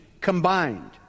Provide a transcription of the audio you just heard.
combined